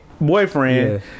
boyfriend